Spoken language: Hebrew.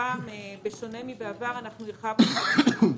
הפעם בשונה מאשר בעבר הרחבנו עד 80 קילומטר.